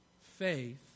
faith